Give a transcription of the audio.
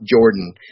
Jordan